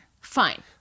Fine